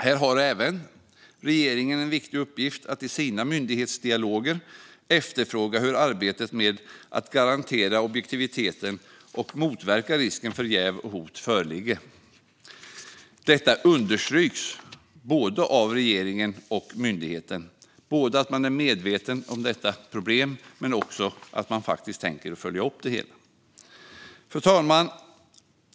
Här har även regeringen en viktig uppgift att i sina myndighetsdialoger efterfråga hur arbetet med att garantera objektiviteten och att motverka att risken för jäv och hot föreligger. Det understryks av både regeringen och myndigheten att man är medveten om detta problem men också att man tänker följa upp det hela. Fru talman!